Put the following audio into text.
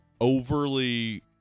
overly